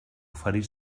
oferir